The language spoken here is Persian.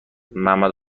ممد